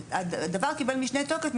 הדבר קיבל משנה תוקף.